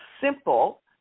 simple